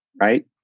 right